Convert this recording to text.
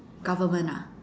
government ah